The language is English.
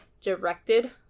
directed